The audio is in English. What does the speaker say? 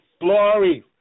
Glory